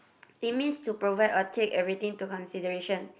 it means to provide or take everything to consideration